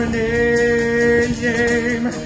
name